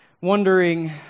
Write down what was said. wondering